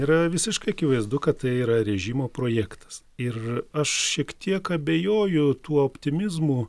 yra visiškai akivaizdu kad tai yra režimo projektas ir aš šiek tiek abejoju tuo optimizmu